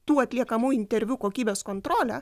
tų atliekamų interviu kokybės kontrolę